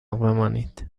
بمانید